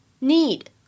need